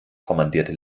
kommandierte